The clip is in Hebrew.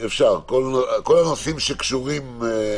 אפשר, כל הנושאים שקשורים.